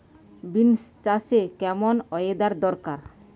Beans চাষে কেমন weather দরকার?